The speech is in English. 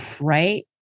Right